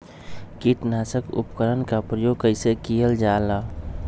किटनाशक उपकरन का प्रयोग कइसे कियल जाल?